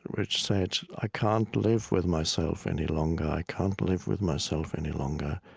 which said, i can't live with myself any longer. i can't live with myself any longer.